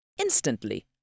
instantly